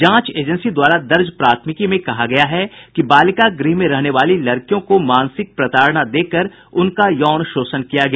जांच एजेंसी द्वारा दर्ज प्राथमिकी में कहा गया है कि बालिका गृह में रहने वाली लड़कियों को मानसिक प्रताड़ना देकर उनका यौन शोषण किया गया